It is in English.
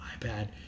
ipad